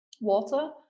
water